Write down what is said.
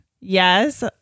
Yes